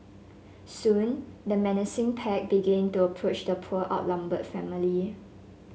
soon the menacing pack began to approach the poor outnumbered family